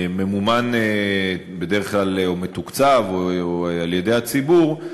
שממומן בדרך כלל או מתוקצב על-ידי הציבור,